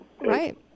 right